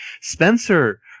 Spencer